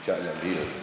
שביקש להבהיר את זה.